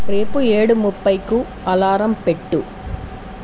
రేపు ఏడు ముప్పైకు అలారం పెట్టు